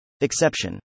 Exception